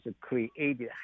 created